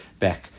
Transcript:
back